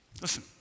Listen